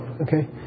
Okay